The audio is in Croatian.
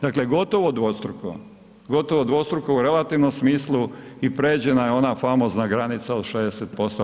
Dakle, gotovo dvostruko, gotovo dvostruko u relativnom smislu i pređena je ona famozna granica od 60%